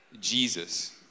Jesus